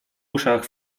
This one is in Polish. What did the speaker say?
uszach